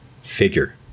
figure